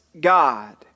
God